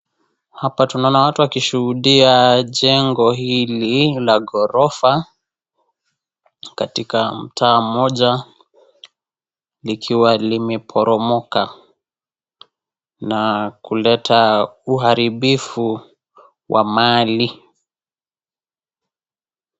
Hapa tunaona watu wakishuhudia jengo hili la ghorofa, katika mtaa mmoja likiwa limeporomoka na kuleta uharibifu wa mali.